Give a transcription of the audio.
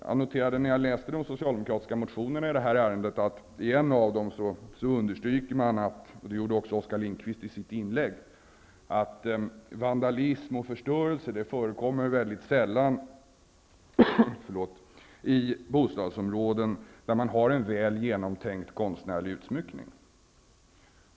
Jag noterade när jag läste de socialdemokratiska motionerna i ärendet att man i en av dem understryker -- och det gjorde också Oskar Lindkvist i sitt inlägg -- att vandalism och förstörelse sällan förekommer i bostadsområden där man har en väl genomtänkt konstnärlig utsmyckning.